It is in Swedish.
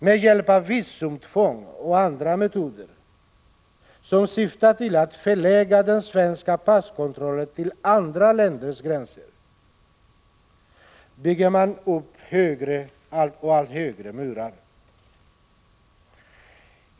Med hjälp av visumtvång och andra metoder som syftar till att förlägga den svenska passkontrollen till andra länders gränser bygger man upp allt högre murar.